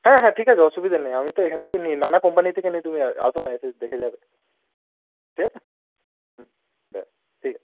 হ্যাঁ হ্যাঁ ঠিক আছে অসুবিধা নেই আমি তো এইখান থেকে নিই নানা কোম্পানি থেকে নিই তুমি আসো না এসে দেখে যাবে ঠিক আছে হুম ঠিক আছে